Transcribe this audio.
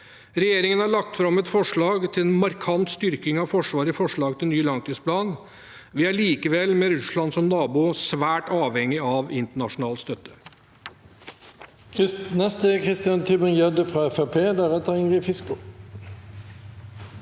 Regjeringen har lagt fram et forslag til en markant styrking av Forsvaret i forslag til ny langtidsplan. Vi er likevel, med Russland som nabo, svært avhengig av internasjonal støtte.